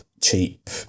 cheap